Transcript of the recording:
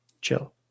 chill